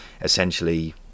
essentially